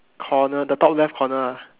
corner the top left corner ah